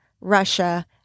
Russia